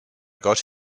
got